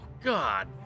God